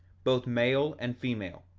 both male and female,